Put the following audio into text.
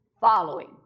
following